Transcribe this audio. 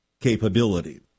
capability